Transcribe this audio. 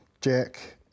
Jack